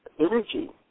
energy